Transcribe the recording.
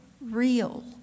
real